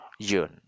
June